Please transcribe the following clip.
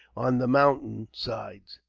on the mountain sides.